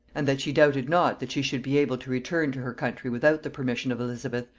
and that she doubted not that she should be able to return to her country without the permission of elizabeth,